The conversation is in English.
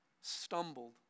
stumbled